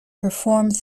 performed